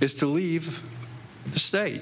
is to leave the state